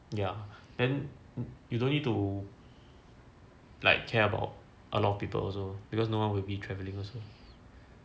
ya then you don't need to like care about a lot of people also because no one will be travelling also